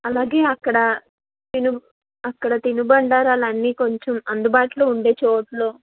అలాగే అక్కడ తిను అక్కడ తినుబండారాలు అన్నీ కొంచెం అందుబాటులో ఉండే చోటులో